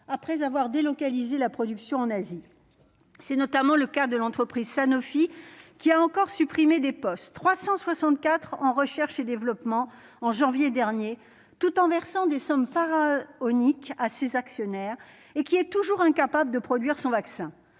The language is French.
après avoir délocaliser la production en Asie, c'est notamment le cas de l'entreprise Sanofi qui a encore supprimer des postes 364 en recherche et développement en janvier dernier tout en versant des sommes phare unique à ses actionnaires et qui est toujours incapable de produire son vaccin,